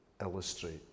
illustrate